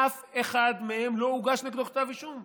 אף אחד מהם לא הוגש נגדו כתב אישום.